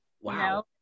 Wow